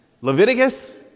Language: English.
Leviticus